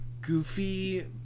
goofy